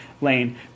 lane